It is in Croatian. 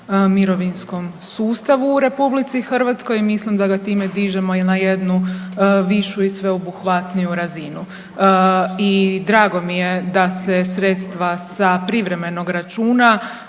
mirovinskom sustavu u RH i mislim da ga time dižemo i na jednu višu i sveobuhvatniju razinu. I drago mi je da se sredstva sa privremenog računa